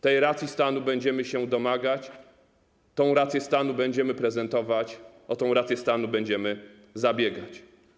Tej racji stanu będziemy się domagać, tę rację stanu będziemy prezentować, o tę rację stanu będziemy zabiegać.